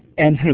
and they're